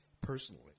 personally